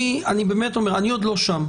אני באמת אומר, אני עוד לא שם.